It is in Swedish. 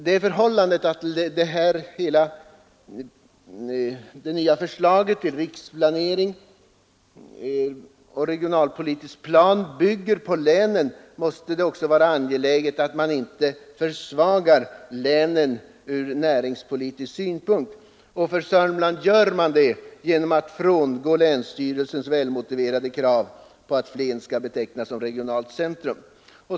Det förhållandet att det nya förslaget till riksplanering och regionalpolitisk plan bygger på länen måste också göra det angeläget att man inte försvagar länen ur näringspolitisk synpunkt. För Sörmlands del gör man det genom att frångå länsstyrelsens välmotiverade krav på att Flen skall betecknas som regionalt centrum.